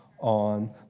on